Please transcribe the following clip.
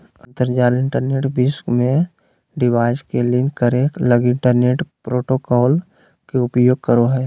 अंतरजाल इंटरनेट विश्व में डिवाइस के लिंक करे लगी इंटरनेट प्रोटोकॉल के उपयोग करो हइ